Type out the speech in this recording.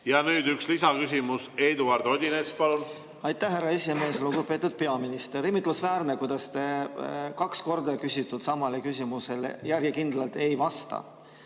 Ja nüüd üks lisaküsimus. Eduard Odinets, palun! Aitäh, härra esimees! Lugupeetud peaminister! Imetlusväärne, kuidas te kaks korda küsitud samale küsimusele järjekindlalt ei vasta